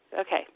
okay